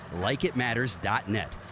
LikeItMatters.net